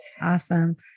Awesome